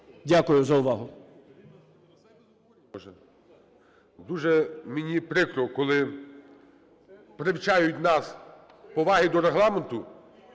Дякую за увагу.